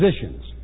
positions